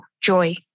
joy